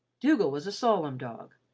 dougal was a solemn dog,